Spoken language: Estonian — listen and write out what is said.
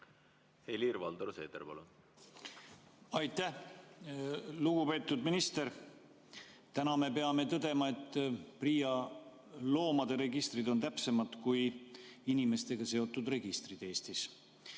Helir-Valdor Seeder, palun! Aitäh! Lugupeetud minister! Täna me peame tõdema, et PRIA loomade registrid on täpsemad kui inimestega seotud registrid Eestis.